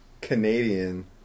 Canadian